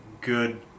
good